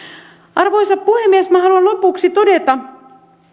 arvoisa puhemies minä haluan lopuksi todeta